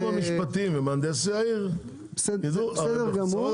המשפטים ומהנדסי העיר --- בסדר גמור.